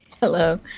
Hello